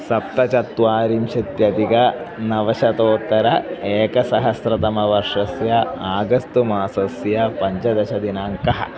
सप्तचत्वारिंशदधिकनवशतोत्तर एकसहस्रतमवर्षस्य आगस्तु मासस्य पञ्चदशदिनाङ्कः